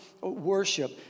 worship